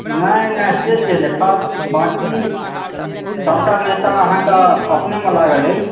नहि नहि से के देखत बाँकी सबटा नेता अहाँ के अपने मे लागल अछि